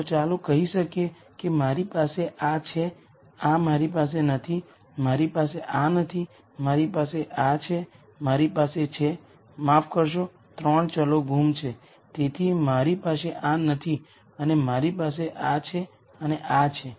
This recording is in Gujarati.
તો ચાલો કહી શકીએ કે મારી પાસે આ છે આ મારી પાસે નથી મારી પાસે આ નથી મારી પાસે આ છે મારી પાસે છે માફ કરશો 3 વેરીએબલ્સ ગુમ છે તેથી મારી પાસે આ નથી અને મારી પાસે આ છે અને આ છે